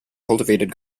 cultivated